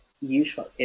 usually